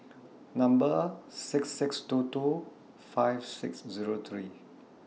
Number six six two two five six Zero three